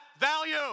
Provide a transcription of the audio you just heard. value